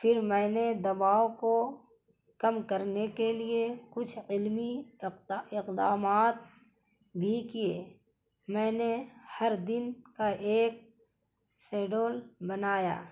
پھر میں نے دباؤ کو کم کرنے کے لیے کچھ علمی اقدامات بھی کیے میں نے ہر دن کا ایک سیڈول بنایا